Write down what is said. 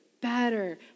better